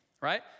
right